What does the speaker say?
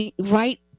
right